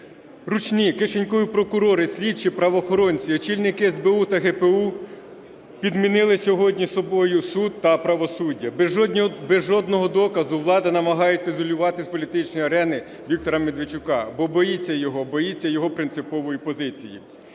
Ручні, кишенькові прокурори, слідчі, правоохоронці, очільники СБУ та ГПУ підмінили сьогодні собою суд та правосуддя. Без жодного доказу влада намагається ізолювати з політичної арени Віктора Медведчука, бо боїться його, боїться його принципової позиції.